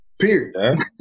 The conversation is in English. period